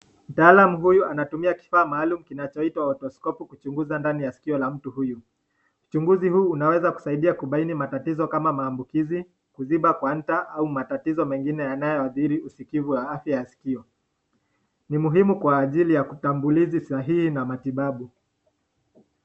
Mtaalamu huyu anatumia kifaa maalum inayoitwa stereoscopu kuchunguza ndani ya sikio ya mtu huyu. Uchunguzi huu unaweza kusaidia kubaini matatizo kama maambukizi, kuziba kwa nta au matatizo mengine yanayo adhiri usikivu wa afya ya sikio. Ni muhimu kwa ajili ya utambulizi sahihu na matibabu.